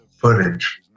footage